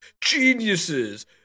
geniuses